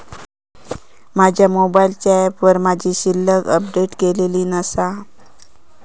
माझ्या मोबाईलच्या ऍपवर माझी शिल्लक अपडेट केलेली नसा